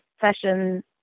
session